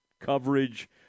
coverage